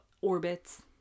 orbits